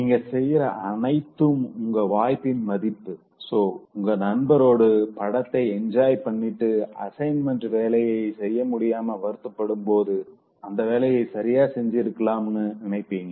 நீங்க செய்ற அனைத்தும் உங்க வாய்ப்பின் மதிப்பு சோ உங்க நண்பரோடு படத்தை என்ஜாய் பண்ணிட்டு அசைன்மென்ட் வேலைய செய்யமுடியாம வருத்தப்படும் போது அந்த வேலையை சரியா செஞ்சு இருக்கலாமேனு நினைப்பீங்க